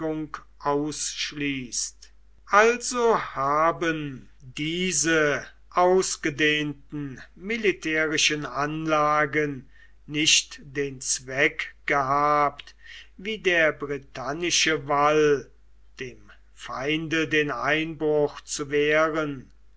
ausschließt also haben diese ausgedehnten militärischen anlagen nicht den zweck gehabt wie der britannische wall dem feinde den einbruch zu wehren